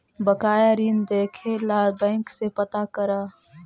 बकाया ऋण देखे ला बैंक से पता करअ